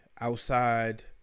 outside